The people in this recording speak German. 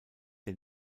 der